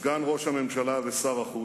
סגן ראש הממשלה ושר החוץ,